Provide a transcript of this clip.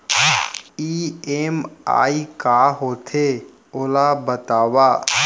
EMI का होथे, ओला बतावव